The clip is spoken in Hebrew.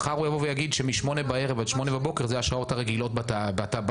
מחר הוא יבוא ויגיד שמ-20:00 עד 8:00 זה השעות הרגילות בפיקוח.